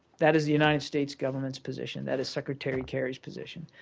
that is the united states government's position, that is secretary kerry's position,